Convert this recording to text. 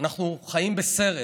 אנחנו חיים בסרט.